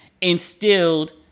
instilled